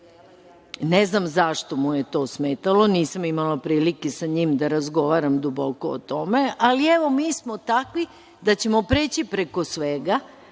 Ne znam zašto mu je to smetalo? Nisam imala prilike sa njim da razgovaramo duboko o tome, ali, evo, mi smo takvi da ćemo preći preko svega,